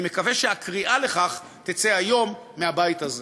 אני מקווה שהקריאה לכך תצא היום מהבית הזה.